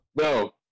No